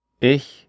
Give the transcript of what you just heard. ich